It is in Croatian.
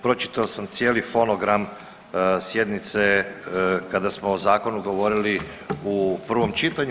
Pročitao sam cijeli fonogram sjednice kada smo o zakonu govorili u prvom čitanju.